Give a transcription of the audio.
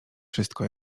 wszystko